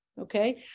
Okay